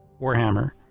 Warhammer